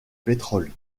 pétrole